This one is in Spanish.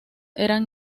eran